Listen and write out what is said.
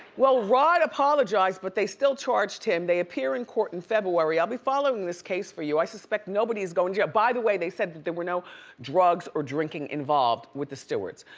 well, rod apologized, but they still charged him. they appear in court in february. i'll be following this case for you, i suspect nobody is going jail. by the way, they said that they were no drugs or drinking involved with the stewarts.